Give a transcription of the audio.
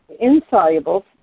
insoluble